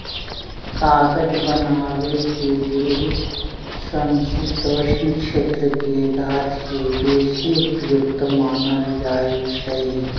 कागज बनाबे के लेल समशीतोष्ण क्षेत्रके गाछके बेशी उपयुक्त मानल जाइ छइ